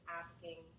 asking